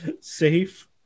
safe